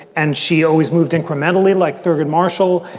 and she always moved incrementally like thurgood marshall.